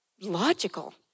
logical